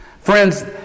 Friends